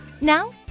Now